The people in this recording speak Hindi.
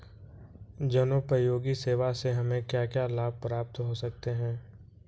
जनोपयोगी सेवा से हमें क्या क्या लाभ प्राप्त हो सकते हैं?